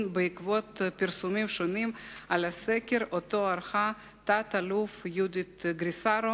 בעקבות פרסומים על הסקר שערכה תת-אלוף יהודית גריסרו,